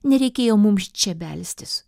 nereikėjo mums čia belstis